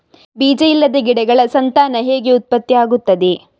ಬೀಜ ಇಲ್ಲದ ಗಿಡಗಳ ಸಂತಾನ ಹೇಗೆ ಉತ್ಪತ್ತಿ ಆಗುತ್ತದೆ?